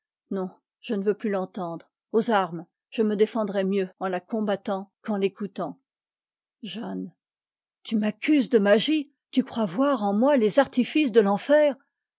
non je ne veux plus l'entendre aux armes je me défendrai mieux en la com battant qu'en l'écoutant jeanne tu m'accuses de magie tu crois voir en moi les artifices de l'enfer